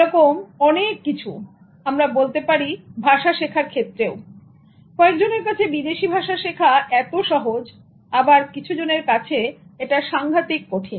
এরকম অনেক কিছু আমরা বলতে পারি ভাষা শেখার ক্ষেত্রেও কয়েকজনের কাছে বিদেশী ভাষা শেখা এত সহজ আবার কিছু জনের কাছে এটা সাংঘাতিক কঠিন